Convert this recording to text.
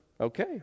Okay